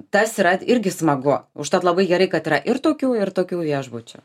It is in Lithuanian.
tas yra irgi smagu užtat labai gerai kad yra ir tokių ir tokių viešbučių